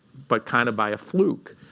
but kind of by a fluke.